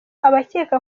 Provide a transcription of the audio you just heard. abakeka